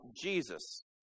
Jesus